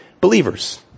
Believers